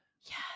Yes